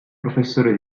professore